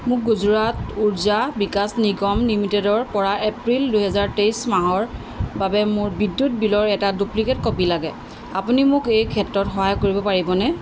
মোক গুজৰাট উৰ্জা বিকাশ নিগম লিমিটেডৰপৰা এপ্ৰিল দুই হাজাৰ তেইছ মাহৰ বাবে মোৰ বিদ্যুৎ বিলৰ এটা ডুপ্লিকেট কপি লাগে আপুনি মোক এই ক্ষেত্ৰত সহায় কৰিব পাৰিবনে